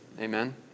Amen